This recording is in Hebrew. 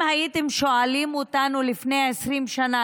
אם הייתם שואלים אותנו לפני 20 שנה,